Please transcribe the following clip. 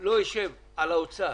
לא יישב על האוצר